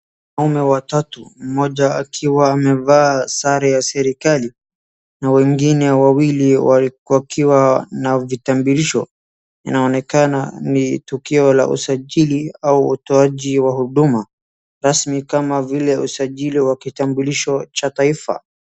Wanaume watatu, mmoja akiwa amevaa sare ya serikali na wengine wawili wakiwa na vitambulisho. Inaonekana ni tukio la usajili au utoaji wa huduma rasmi kama vile utoaji wa kitambulisho cha taifa.